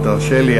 אבל תרשה לי,